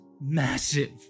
massive